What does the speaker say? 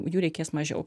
jų reikės mažiau